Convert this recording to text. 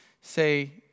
say